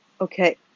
Okay